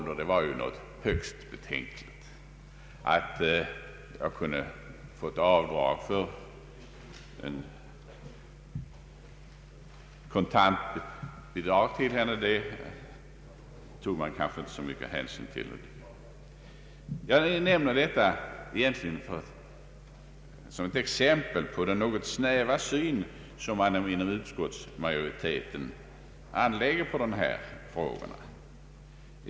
Det var något högst betänkligt att pensionera någon redan vid 26 års ålder. Jag har velat nämna detta som ett exempel på den något snäva syn man inom utskottsmajoriteten anlägger på dessa frågor.